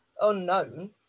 unknown